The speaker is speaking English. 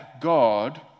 God